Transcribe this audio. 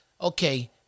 okay